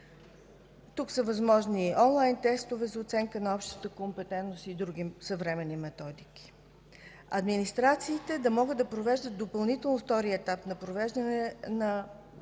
Тук са възможности за онлайн тестове за оценка на общата компетентност и други съвременни методики. Администрациите да могат да провеждат допълнително втори етап на провеждане на